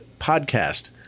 Podcast